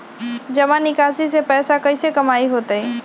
जमा निकासी से पैसा कईसे कमाई होई?